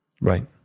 right